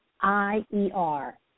I-E-R